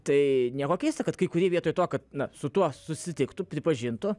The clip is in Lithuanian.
tai nieko keista kad kai kurie vietoj to kad su tuo susitiktų pripažintų